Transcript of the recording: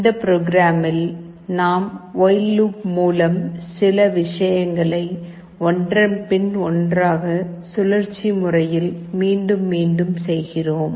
இந்த ப்ரோக்ராம்மில் நாம் வொயில் லூப் மூலம் சில விஷயங்களை ஒன்றன் பின் ஒன்றாக சுழற்சியில் மீண்டும் மீண்டும் செய்கிறோம்